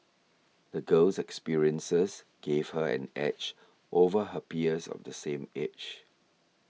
the girl's experiences gave her an edge over her peers of the same age